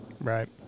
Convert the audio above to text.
Right